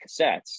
cassettes